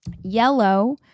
Yellow